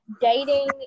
dating